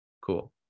Cool